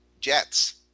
Jets